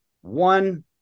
one